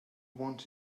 want